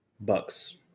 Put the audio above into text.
Bucks